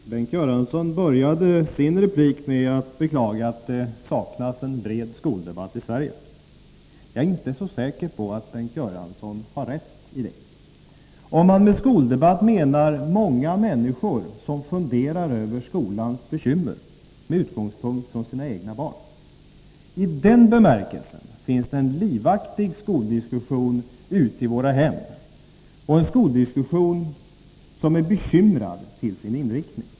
Herr talman! Bengt Göransson började sin replik med att beklaga att det saknas en bred skoldebatt i Sverige. Jag är inte så säker på att Bengt Göransson har rätt i det. Om man med skoldebatt menar många människor som funderar över skolans bekymmer med utgångspunkt från sina egna barn, finns det i den bemärkelsen en livaktig skoldiskussion ute i våra hem, en skoldiskussion som är bekymrad till sin inriktning.